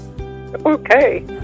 okay